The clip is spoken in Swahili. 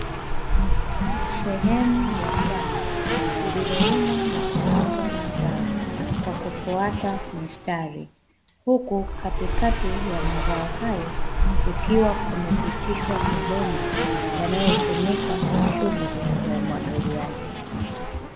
Sehemu ya shamba lililolimwa na kupandwa mazao, kwakufuata mistari, huku katikati ya mazao hayo, kukiwa kumepitishwa mabomba yanayotumika kwa shughuli ya umwagiliaji.